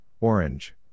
Orange